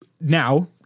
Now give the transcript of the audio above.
Now